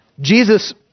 Jesus